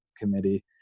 committee